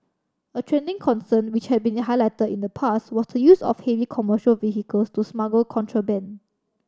a trending concern which had been highlighted in the past was the use of heavy commercial vehicles to smuggle contraband